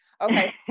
Okay